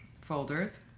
folders